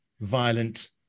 violent